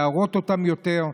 להראות להן יותר,